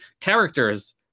characters